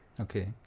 Okay